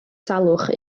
salwch